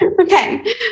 Okay